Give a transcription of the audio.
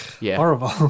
horrible